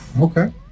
Okay